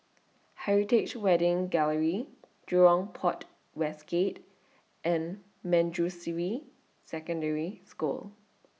Heritage Wedding Gallery Jurong Port West Gate and Manjusri Secondary School